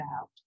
out